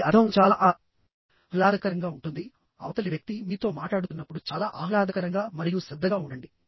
దీని అర్థం చాలా ఆ హ్లాదకరంగా ఉంటుంది అవతలి వ్యక్తి మీతో మాట్లాడుతున్నప్పుడు చాలా ఆహ్లాదకరంగా మరియు శ్రద్ధగా ఉండండి